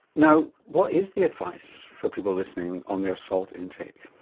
now, what is the advice for people listening, on their salt intake?